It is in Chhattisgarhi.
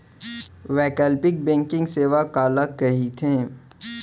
वैकल्पिक बैंकिंग सेवा काला कहिथे?